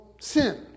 sin